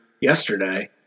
yesterday